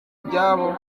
by’abo